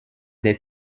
der